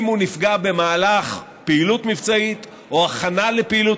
אם הוא נפגע במהלך פעילות מבצעית או הכנה לפעילות